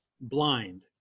blind